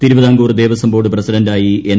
തിരുവിതാംകൂർ ദേവസ്വംബോർഡ് പ്രസിഡന്റായി എൻ